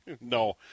no